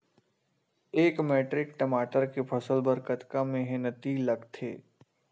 एक मैट्रिक टमाटर के फसल बर कतका मेहनती लगथे?